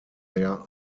there